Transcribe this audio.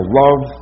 love